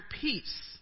peace